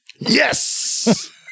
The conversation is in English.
Yes